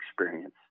experience